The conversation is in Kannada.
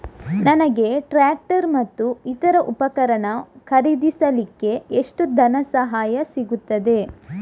ನನಗೆ ಟ್ರ್ಯಾಕ್ಟರ್ ಮತ್ತು ಇತರ ಉಪಕರಣ ಖರೀದಿಸಲಿಕ್ಕೆ ಎಷ್ಟು ಧನಸಹಾಯ ಸಿಗುತ್ತದೆ?